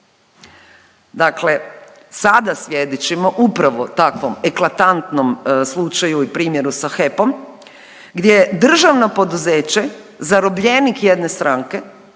Dakle, sada svjedočimo upravo takvom eklatantnom slučaju i primjeru sa HEP-om gdje je državno poduzeće zarobljenik jedne stranke